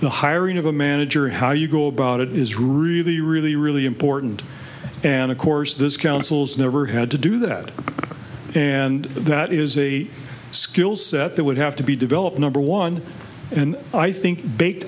the hiring of a manager how you go about it is really really really important and of course this councils never had to do that and that is a skill set that would have to be developed number one and i think baked